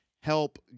help